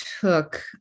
took